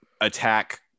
attack